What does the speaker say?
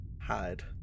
Hide